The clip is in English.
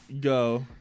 go